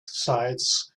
sides